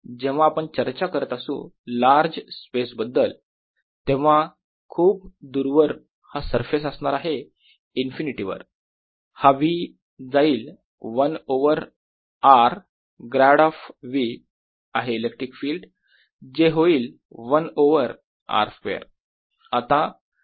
जेव्हा आपण चर्चा करत असू लार्ज स्पेस बद्दल तेव्हा खूप दूरवर हा सरफेस असणार आहे इन्फिनिटी वर हा V जाईल 1 over r grad of V आहे इलेक्ट्रिक फिल्ड जे होईल 1 ओवर r स्क्वेअर